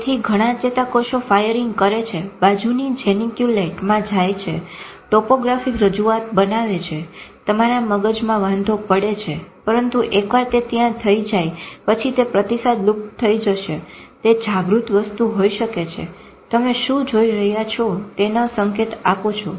તેથી ઘણા ચેતાકોષો ફાયરીંગ કરે છે બાજુની જેનીક્યુલેટ માં જાય છે ટોપોગ્રફિક રજૂઆત બનાવે છે તમારા મગજમાં વાંધો પડે છે પરંતુ એકવાર તે ત્યાં થઇ જાય પછી તે પ્રતિસાદ લૂપ થઇ જશે તે જાગૃત વસ્તુ હોય શકે છે તમે શું જોઈ રહ્યા છો તેનો સંકેત આપો છો